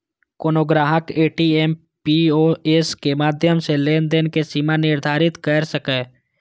कोनो ग्राहक ATM, POS के माध्यम सं लेनदेन के सीमा निर्धारित कैर सकैए